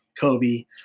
Kobe